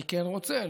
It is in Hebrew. אני כן רוצה,